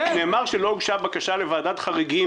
נאמר שלא הוגשה בקשה לוועדת חריגים.